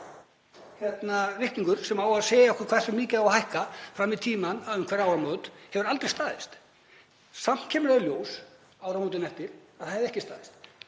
raunreikningur sem á að segja okkur hversu mikið á að hækka fram í tímann um hver áramót hefur aldrei staðist. Samt kemur það í ljós áramótin á eftir að það hefur ekki staðist